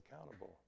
accountable